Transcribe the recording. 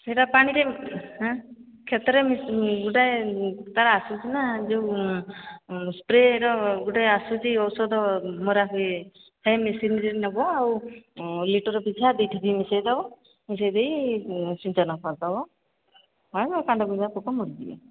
ସେଇଟା ପାଣିରେ କ୍ଷେତରେ ଗୋଟା ତାର ଆସୁଛି ନା ଯୋଉ ସ୍ପ୍ରେର ଗୋଟେ ଆସୁଚି ଔଷଧ ମରା ହଏ ସେ ମେସିନରେ ନେବ ଆଉ ଲିଟର ପିଛା ଦିଠିକି ମିଶେଇ ଦେବ ମିଶେଇ ଦେଇ ସିଞ୍ଚନ କରିଦବ ହ କାଣ୍ଡ ବିନ୍ଧା ପୋକ ମରିଯିବେ